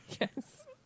Yes